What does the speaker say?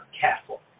Castle